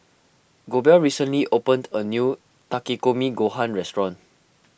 Goebel recently opened a new Takikomi Gohan restaurant